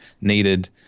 needed